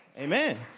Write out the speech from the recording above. Amen